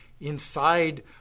inside